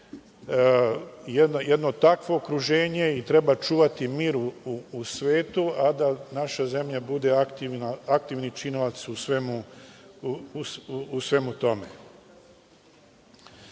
jedno takvo okruženje i treba čuvati mir u svetu, a da naša zemlja bude aktivni činilac u svemu tome. Reći